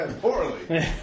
Poorly